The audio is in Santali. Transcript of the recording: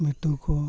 ᱢᱤᱴᱷᱩ ᱠᱚ